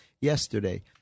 yesterday